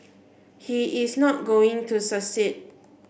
he is not going to succeed